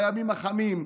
בימים החמים,